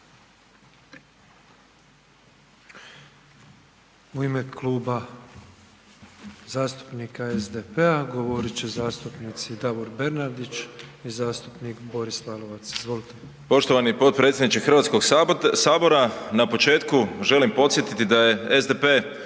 U ime Kluba zastupnika SDP-a, govorit će zastupnici Davor Bernardić i zastupnik Boris Lalovac. Izvolite. **Bernardić, Davor (SDP)** Poštovani potpredsjedniče Hrvatskog sabora, na početku želim podsjetiti da je SDP